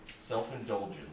self-indulgence